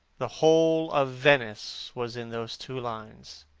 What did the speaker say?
the whole of venice was in those two lines.